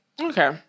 Okay